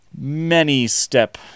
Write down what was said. many-step